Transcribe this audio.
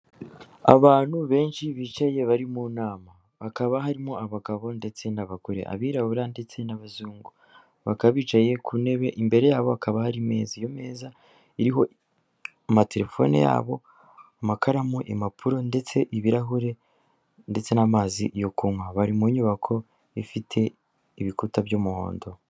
Abantu benshi bicaye bari mu nama, hakaba harimo abagabo ndetse n'abagore, abirabura ndetse n'abazungu, bakaba bicaye ku ntebe imbere yabo hakaba hari imeza, iyo meza iriho ama telefone yabo, amakaramu, impapuro ndetse ibirahure ndetse n'amazi yo kunywa, bari mu nyubako ifite ibikuta by'umuhondo.